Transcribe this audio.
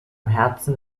herzen